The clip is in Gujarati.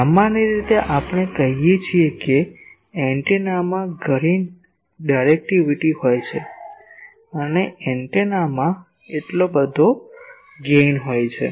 સામાન્ય રીતે આપણે કહીએ છીએ કે એન્ટેનામાં ઘણી ડાયરેક્ટિવિટી હોય છે અને એન્ટેનામાં એટલો બધો ગેઇન છે